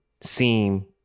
seem